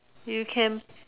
you can